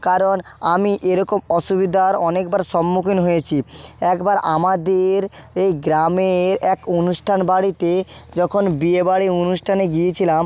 কারণ আমি এরকম অসুবিধার অনেকবার সম্মুখীন হয়েছি একবার আমাদের এই গ্রামে এক অনুষ্ঠান বাড়িতে যখন বিয়েবাড়ির অনুষ্ঠানে গিয়েছিলাম